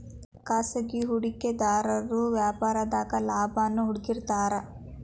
ಖಾಸಗಿ ಹೂಡಿಕೆದಾರು ವ್ಯಾಪಾರದಾಗ ಲಾಭಾನ ಹುಡುಕ್ತಿರ್ತಾರ